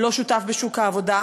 לא שותף בשוק העבודה,